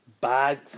bad